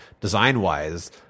design-wise